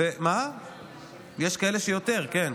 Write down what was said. יש כאלה שיותר, כן.